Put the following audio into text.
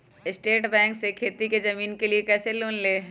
State bank से खेती की जमीन के लिए कैसे लोन ले?